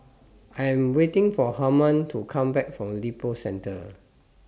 I'm waiting For Harman to Come Back from Lippo Centre